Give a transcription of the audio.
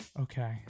Okay